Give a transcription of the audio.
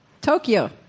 Tokyo